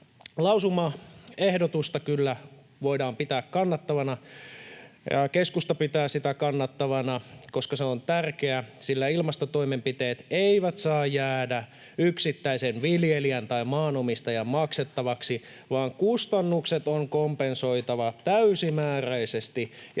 lausumaehdotusta kyllä voidaan pitää kannatettavana. Keskusta pitää sitä kannatettavana, koska se on tärkeä, sillä ilmastotoimenpiteet eivät saa jäädä yksittäisen viljelijän tai maanomistajan maksettavaksi, vaan kustannukset on kompensoitava täysimääräisesti